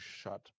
shut